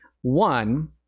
One